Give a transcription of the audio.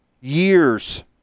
Years